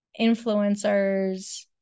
influencers